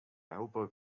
elbowed